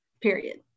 period